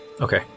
Okay